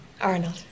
Arnold